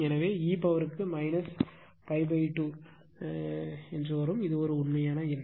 எனவே e பவர்க்கு π 2 இது ஒரு உண்மையான எண்